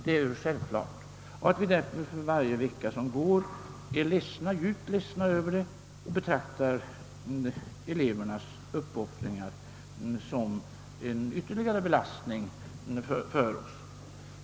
Vi är mycket ledsna över varje vecka som går på detta sätt och betraktar elevernas uppoffringar som en ytterligare belastning.